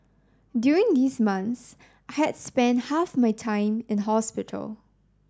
during these months I had spent half my time in hospital